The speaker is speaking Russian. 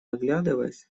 оглядываясь